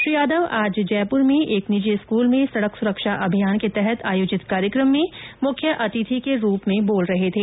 श्री यादव आज जयपुर में एक निजी स्कूल में सड़क सुरक्षा अभियान के तहत आयोजित कार्यक्रम में मुख्य अतिथि के रूप में बोल रहे थे